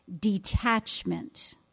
detachment